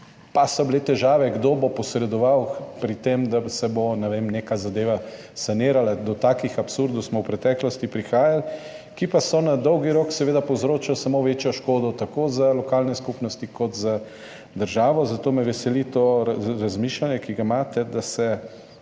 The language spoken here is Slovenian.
pa so bile težave, kdo bo posredoval pri tem, da se bo, ne vem, neka zadeva sanirala. V preteklosti smo prihajali do takih absurdov, ki pa so na dolgi rok seveda povzročali samo večjo škodo tako za lokalne skupnosti kot za državo, zato me veseli to razmišljanje, ki ga imate, da se